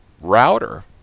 router